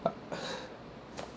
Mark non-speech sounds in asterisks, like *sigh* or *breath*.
uh *breath*